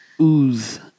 Ooze